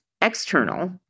external